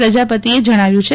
પ્રજાપતિએ જણાવ્યું છે